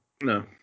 No